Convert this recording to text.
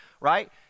right